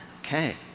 okay